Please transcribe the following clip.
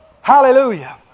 Hallelujah